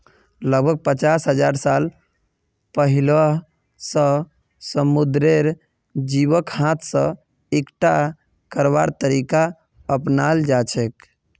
लगभग पचास हजार साल पहिलअ स समुंदरेर जीवक हाथ स इकट्ठा करवार तरीका अपनाल जाछेक